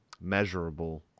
measurable